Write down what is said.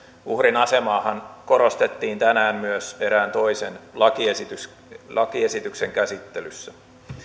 uhrin asemaahan korostettiin tänään myös erään toisen lakiesityksen käsittelyssä